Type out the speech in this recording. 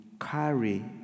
carry